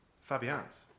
Fabian's